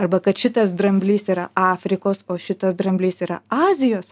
arba kad šitas dramblys yra afrikos o šitas dramblys yra azijos